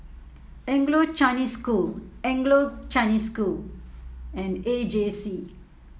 Anglo Chinese School Anglo Chinese School and A J C